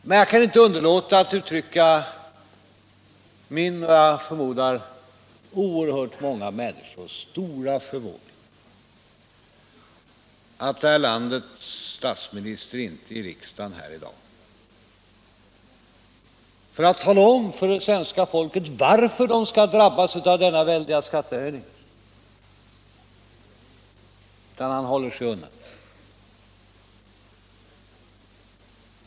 Men jag kan inte underlåta att uttrycka min — och jag förmodar oerhört många människors — stora förvåning över att landets statsminister inte är i riksdagen i dag för att tala om för svenska folket varför det skall drabbas av denna väldiga skattehöjning. Han håller sig undan.